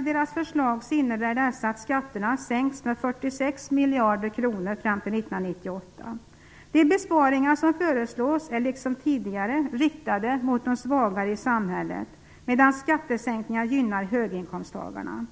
Deras förslag innebär att skatterna sänks med 46 miljarder kronor fram till 1998. De besparingar som föreslås är liksom tidigare riktade mot de svagare i samhället, medan skattesänkningarna gynnar höginkomsttagarna.